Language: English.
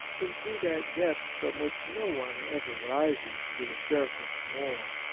into that depth from which no one ever rises to the surface more.